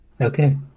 okay